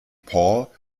paul